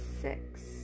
six